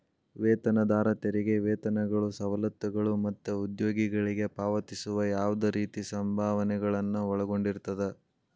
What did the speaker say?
ವೇತನದಾರ ತೆರಿಗೆ ವೇತನಗಳು ಸವಲತ್ತುಗಳು ಮತ್ತ ಉದ್ಯೋಗಿಗಳಿಗೆ ಪಾವತಿಸುವ ಯಾವ್ದ್ ರೇತಿ ಸಂಭಾವನೆಗಳನ್ನ ಒಳಗೊಂಡಿರ್ತದ